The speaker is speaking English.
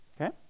Okay